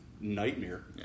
nightmare